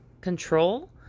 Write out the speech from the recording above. Control